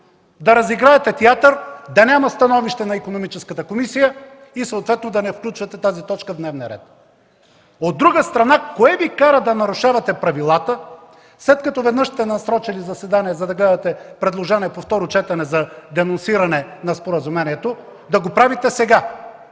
да разигравате театър, да няма становище на Икономическата комисия и съответно да не включите тази точка в дневния ред. От друга страна, кое Ви кара да нарушавате правилата, след като веднъж сте насрочили заседание, за да гледате предложение на второ четене за денонсиране на споразумението, да го правите сега?